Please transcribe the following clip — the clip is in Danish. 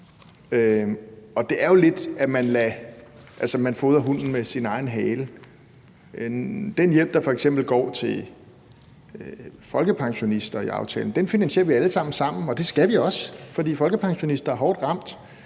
Det er jo lidt som at fodre hunden med sin egen hale. Den hjælp i aftalen, der f.eks. går til folkepensionister, finansierer vi alle sammen sammen, og det skal vi også, for folkepensionister er hårdt ramt.